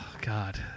god